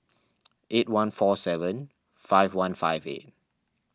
eight one four seven five one five eight